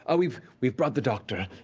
ah we've we've brought the doctor.